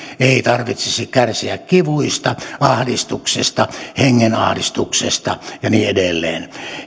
ei tarvitsisi kärsiä kivuista ahdistuksesta hengenahdistuksesta ja niin edelleen